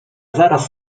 zaraz